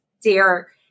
dear